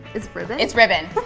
it's ribbon? it's ribbon.